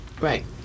Right